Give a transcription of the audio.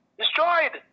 destroyed